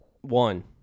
One